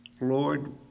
Lord